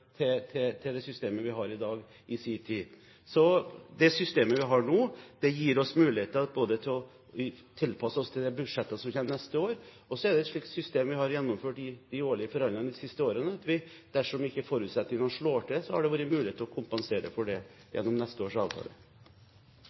i sin tid endret systemet fra årlige oppgjør til det systemet vi har i dag. Så det systemet vi har nå, gir oss muligheter til å tilpasse oss til det budsjettet som kommer neste år, og så er det et system vi har gjennomført i de årlige forhandlingene de siste årene som er slik at dersom ikke forutsetningene slår til, har det vært mulighet til å kompensere for det gjennom neste års avtale.